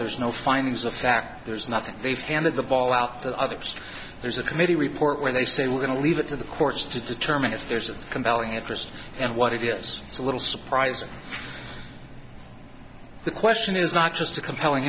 there's no findings of fact there's nothing they've handed the ball out that others there's a committee report where they say we're going to leave it to the courts to determine if there's a compelling interest and what it is so little surprised the question is not just a compelling